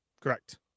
Correct